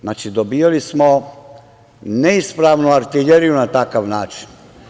Znači, dobijali smo neispravnu artiljeriju na takav način.